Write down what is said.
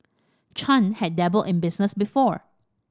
Chan had dabbled in business before